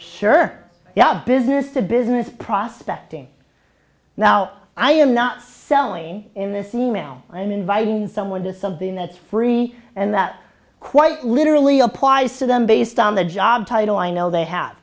sure yeah business to business prospect and now i am not selling in this email i am inviting someone to something that's free and that quite literally applies to them based on the job title i know they have